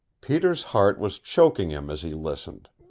peter's heart was choking him as he listened.